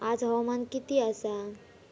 आज हवामान किती आसा?